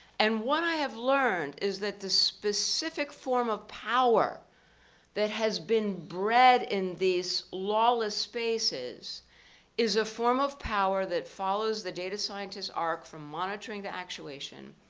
and what i have learned is that the specific form of power that has been bred in these lawless spaces is a form of power that follows the data scientists' arc from monitoring to actuation,